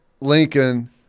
Lincoln –